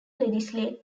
legislate